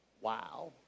Wow